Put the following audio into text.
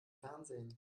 fernsehen